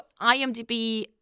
IMDb